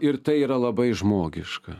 ir tai yra labai žmogiška